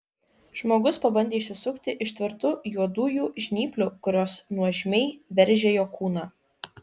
žmogus pabandė išsisukti iš tvirtų juodųjų žnyplių kurios nuožmiai veržė jo kūną